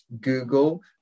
Google